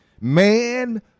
Man